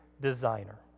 designer